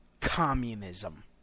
communism